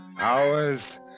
hours